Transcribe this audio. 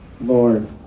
Lord